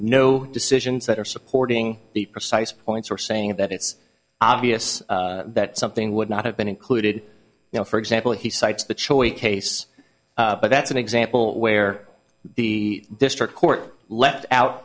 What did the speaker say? no decisions that are supporting the precise points or saying that it's obvious that something would not have been included you know for example he cites the choice case but that's an example where the district court left out